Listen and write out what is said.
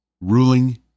ruling